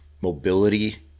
mobility